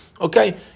Okay